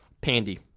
Pandy